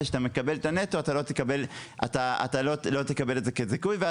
וכשאתה מקבל את הנטו אתה לא תקבל את זה כזיכוי.